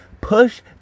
push